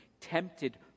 tempted